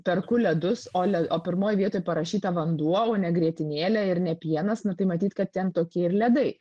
perku ledus o le o pirmoj vietoj parašyta vanduo o ne grietinėlė ir ne pienas na tai matyt kad ten tokie ir ledai